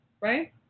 right